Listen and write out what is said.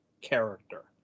character